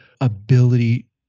ability